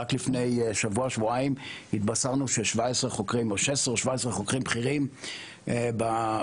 רק לפני שבוע-שבועיים התבשרנו ש-16 או 17 חוקרים בכירים במדינה